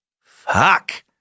Fuck